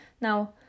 Now